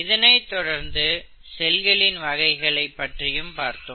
இதனைத் தொடர்ந்து செல்களின் வகைகள் பற்றியும் பார்த்தோம்